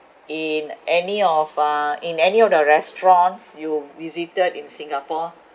in any of uh in any of the restaurants you visited in singapore